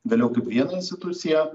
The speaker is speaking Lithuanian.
vėliau kaip vieną insituaciją